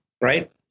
right